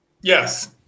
yes